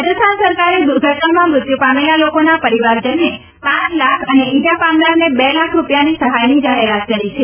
રાજસ્થાન સરકારે દુર્ઘટનામાં મૃત્યુ પામેલા લોકોના પરિવારજનને પાંચ લાખ અને ઈજા પામનારને બે લાખ રૂપિયાની સહાયની જાહેરાત કરી છે